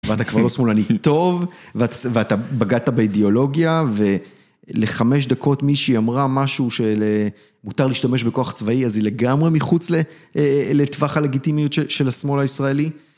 ואתה כבר לא שמולני טוב ואתה בגדת באידיאולוגיה ולחמש דקות מישהי אמרה משהו שמותר להשתמש בכוח צבאי אז היא לגמרי מחוץ לטווח הלגיטימיות של השמאל הישראלי.